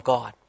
God